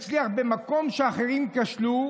הצליח במקום שאחרים כשלו,